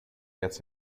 gets